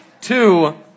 two